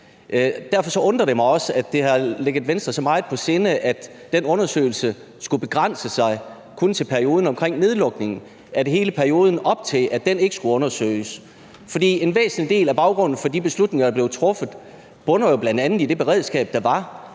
Derfor undrer det mig også, at det ligger Venstre så meget på sinde, at den undersøgelse skulle begrænse sig til kun perioden omkring nedlukningen, altså at hele perioden op til ikke skulle undersøges. For en væsentlig del af baggrunden for de beslutninger, der blev truffet, bunder jo bl.a. i det beredskab, der var